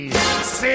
Say